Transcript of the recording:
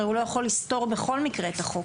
הרי הוא לא יכול לסתור בכל מקרה את החוק.